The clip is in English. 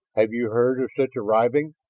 have you heard of such arriving?